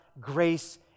grace